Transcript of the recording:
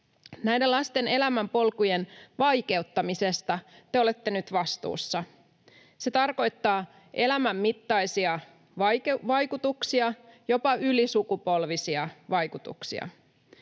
Näiden lasten elämänpolkujen vaikeuttamisesta te olette nyt vastuussa. Se tarkoittaa elämän mittaisia vaikutuksia, jopa ylisukupolvisia vaikutuksia.